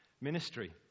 ministry